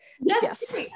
Yes